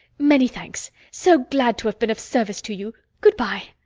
many thanks. so glad to have been of service to you. good-bye.